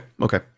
Okay